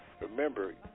remember